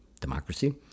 democracy